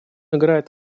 играет